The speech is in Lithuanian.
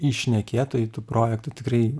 įšnekėtojai tų projektų tikrai